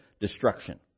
destruction